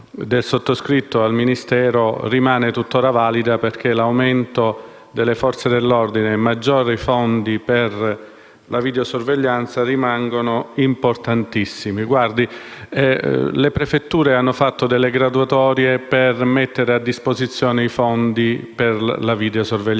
del sottoscritto al Ministero rimane tutt'ora valida, perché l'aumento delle Forze dell'ordine e i maggiori fondi per la videosorveglianza rimangono importantissimi. Le prefetture hanno fatto delle graduatorie per mettere a disposizione i fondi per la videosorveglianza.